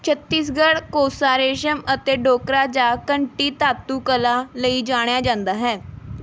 ਛੱਤੀਸਗੜ੍ਹ ਕੋਸਾ ਰੇਸ਼ਮ ਅਤੇ ਡੋਕਰਾ ਜਾਂ ਘੰਟੀ ਧਾਤੂ ਕਲਾ ਲਈ ਜਾਣਿਆ ਜਾਂਦਾ ਹੈ